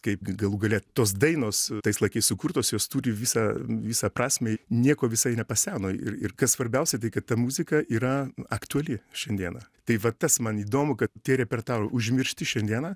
kaip galų gale tos dainos tais laikais sukurtos jos turi visą visą prasmę nieko visai nepaseno ir ir kas svarbiausia tai kad ta muzika yra aktuali šiandieną tai vat tas man įdomu kad tie repertuaro užmiršti šiandieną